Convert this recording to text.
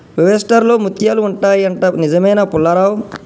oyster లో ముత్యాలు ఉంటాయి అంట, నిజమేనా పుల్లారావ్